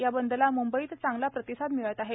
या बंदला म्ंबईत चांगला प्रतिसाद मिळत आहे